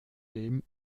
dem